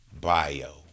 bio